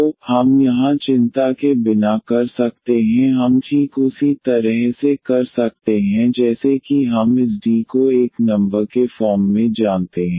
तो हम यहाँ चिंता के बिना कर सकते हैं हम ठीक उसी तरह से कर सकते हैं जैसे कि हम इस D को एक नंबर के फॉर्म में जानते हैं